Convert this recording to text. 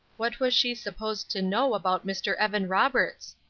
what was she supposed to know about mr. evan roberts?